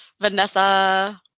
Vanessa